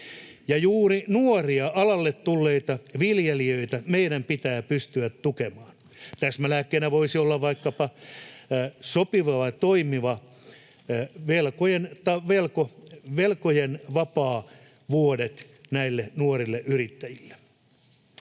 Juuri nuoria alalle tulleita viljelijöitä meidän pitää pystyä tukemaan. Täsmälääkkeenä voisivat toimia vaikkapa velkojen vapaavuodet näille nuorille yrittäjille.